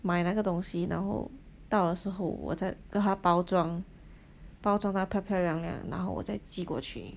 买那个东西然后到了时候我再跟它包装包装到漂漂亮亮了然后我再寄过去